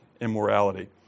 immorality